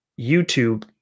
YouTube